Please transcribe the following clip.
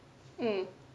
mm